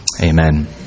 Amen